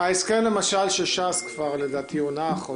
ההסכם למשל של ש"ס כבר לדעתי הונח.